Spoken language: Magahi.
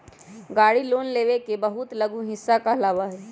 गाड़ी लोन के एक बहुत लघु हिस्सा कहलावा हई